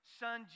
son